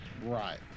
Right